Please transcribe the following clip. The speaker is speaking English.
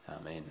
Amen